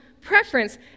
preference